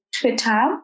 Twitter